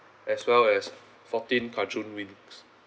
as well as fourteen wings